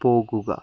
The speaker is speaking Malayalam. പോകുക